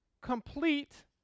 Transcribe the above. complete